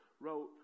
wrote